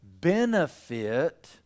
benefit